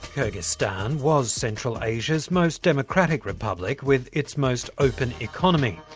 kyrgyzstan was central asia's most democratic republic, with its most open economy.